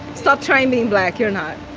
stop trying being black. you're not